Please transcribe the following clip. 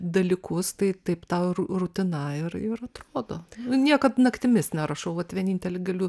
dalykus tai taip ta rutina ir ir atrodo niekad naktimis nerašau vat vienintelį galiu